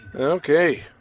Okay